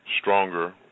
stronger